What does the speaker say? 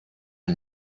are